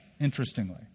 interestingly